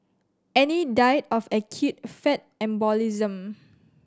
Annie died of acute fat embolism